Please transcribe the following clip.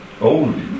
old